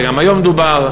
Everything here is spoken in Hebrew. וגם היום דובר,